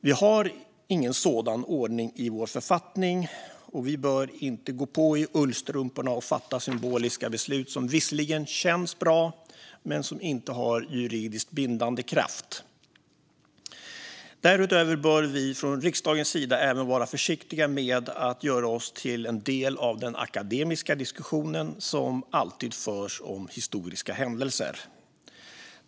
Vi har ingen sådan ordning i vår författning, och vi bör inte gå på i ullstrumporna och fatta symboliska beslut som visserligen känns bra men som inte har juridiskt bindande kraft. Därutöver bör vi från riksdagens sida även vara försiktiga med att göra oss till en del av den akademiska diskussion som alltid förs om historiska händelser.